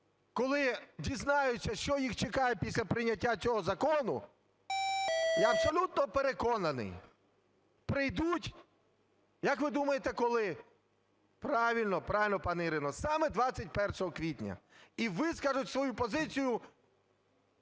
коли дізнаються, що їх чекає після прийняття цього закону, я абсолютно переконаний, прийдуть. Як ви думаєте, коли? Правильно, правильно пані Ірино, саме 21 квітня, і вискажуть свою позицію